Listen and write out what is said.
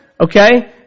okay